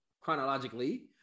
Chronologically